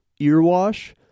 Earwash